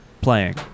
playing